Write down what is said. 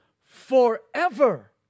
forever